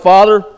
Father